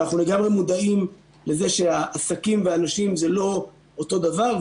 אבל אנחנו לגמרי מודעים לכך שהעסקים והאנשים זה לא אותו דבר.